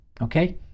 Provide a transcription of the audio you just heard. okay